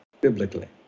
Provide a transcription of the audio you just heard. biblically